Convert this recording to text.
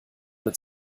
mit